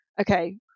okay